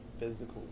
physical